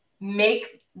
make